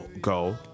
Go